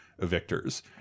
evictors